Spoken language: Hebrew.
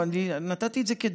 אבל נתתי את זה כדוגמה.